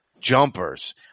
jumpers